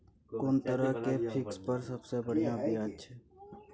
कोन तरह के फिक्स पर सबसे बढ़िया ब्याज छै?